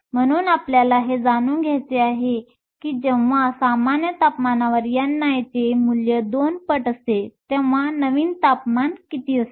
म्हणून आपल्याला हे जाणून घ्यायचे आहे की जेव्हा सामान्य तापमानावर ni चे मूल्य 2 पट असते तेंव्हा नवीन तापमान किती असते